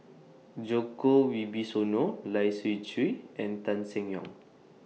Djoko Wibisono Lai Siu Chiu and Tan Seng Yong